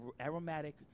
aromatic